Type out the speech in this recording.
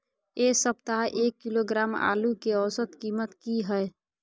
ऐ सप्ताह एक किलोग्राम आलू के औसत कीमत कि हय?